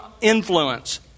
influence